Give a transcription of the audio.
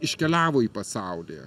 iškeliavo į pasaulį